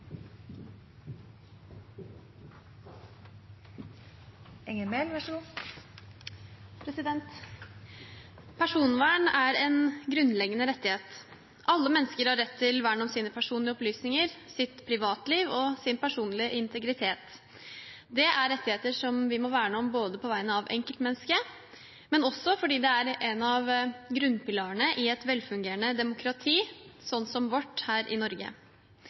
en grunnleggende rettighet. Alle mennesker har rett til vern om sine personlige opplysninger, sitt privatliv og sin personlige integritet. Det er rettigheter som vi må verne om på vegne av enkeltmennesket, men også fordi det er en av grunnpilarene i et velfungerende demokrati, slik som vårt her i Norge.